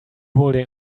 holding